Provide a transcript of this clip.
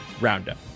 Roundup